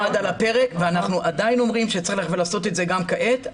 אנחנו עדיין אומרים שצריך לעשות את זה גם כעת,